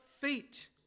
feet